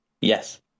yes